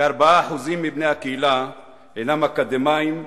כ-4% מבני הקהילה הם אקדמאים,